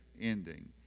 ending